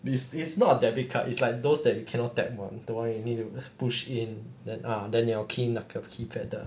it is not a debit card it's like those that you cannot tap [one] the one you need to push in that uh then ah 你要 key in 那个 keypad 的